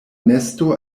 nesto